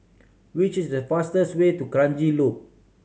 which is the fastest way to Kranji Loop